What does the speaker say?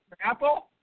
apple